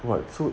what so